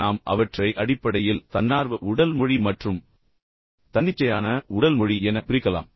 நாம் அவற்றை அடிப்படையில் தன்னார்வ உடல் மொழி மற்றும் தன்னிச்சையான உடல் மொழி என பிரிக்கலாம்